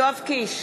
יואב קיש,